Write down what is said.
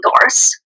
indoors